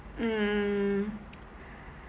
mm